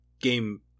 game